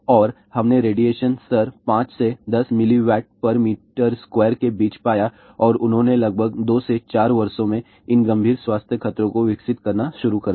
और हमने रेडिएशन स्तर 5 से 10 mWm2 के बीच पाया और उन्होंने लगभग 2 से 4 वर्षों में इन गंभीर स्वास्थ्य खतरों को विकसित करना शुरू कर दिया